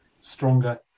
stronger